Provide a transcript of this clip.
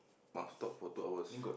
must talk for two hours